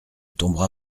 tombera